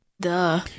Duh